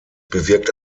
bewirkt